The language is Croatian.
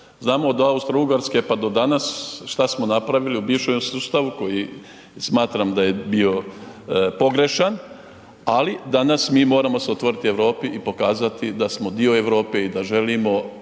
Znamo od Austrougarske pa do danas šta smo napravili u bivšem sustavu koji smatram da je bio pogrešan, ali danas mi moramo se otvoriti Europi i pokazati da smo dio Europe i da želimo